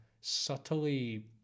subtly